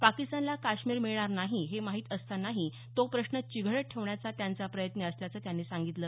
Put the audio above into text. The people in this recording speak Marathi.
पाकिस्तानला काश्मीर मिळणार नाही हे माहीत असतानाही तो प्रश्न चिघळत ठेवण्याचा त्यांचा प्रयत्न असल्याचं त्यांनी सांगितलं